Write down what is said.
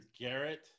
Garrett